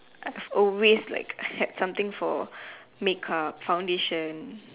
I have always like had something for make up foundation